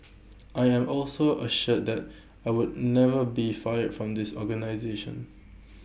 I am also assured that I would never be fired from this organisation